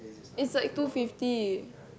is like two fifty